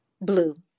Blue